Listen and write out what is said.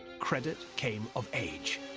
credit came of age.